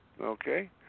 Okay